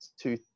two